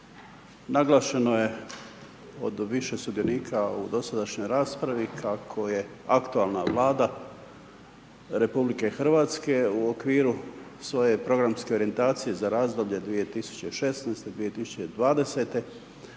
naglašeno je od više sudionika u dosadašnjoj raspravi kako je aktualna Vlada RH u okviru svoje programske orijentacije za razdoblje 2016.- 2020.